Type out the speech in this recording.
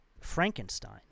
Frankenstein